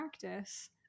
practice